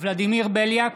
ולדימיר בליאק,